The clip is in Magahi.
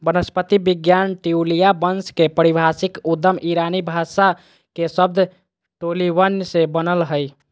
वनस्पति विज्ञान ट्यूलिया वंश के पारिभाषिक उद्गम ईरानी भाषा के शब्द टोलीबन से बनल हई